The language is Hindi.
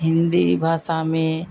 हिन्दी भाषा में